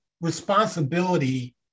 responsibility